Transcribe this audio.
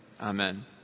amen